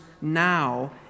now